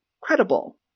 credible